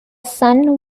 sun